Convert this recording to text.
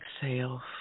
Exhale